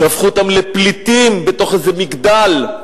שהפכו אותם לפליטים בתוך איזה מגדל,